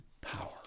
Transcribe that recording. power